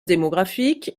démographique